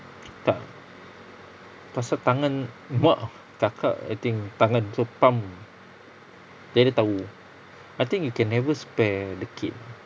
tak pasal tangan mak kakak I think tangan terus pump jadi tahu I think you can never spare the kid